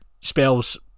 spells